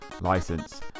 license